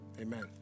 Amen